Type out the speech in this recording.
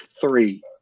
three